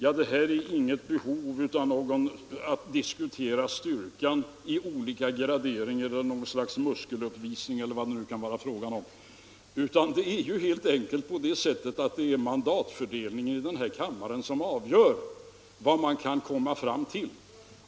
Men här är inget behov av att diskutera styrkan i olika graderingar — något slags muskeluppvisning eller vad det kan vara fråga om — utan det är helt enkelt mandatfördelningen i den här kammaren som avgör vad man kan komma fram till.